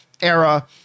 era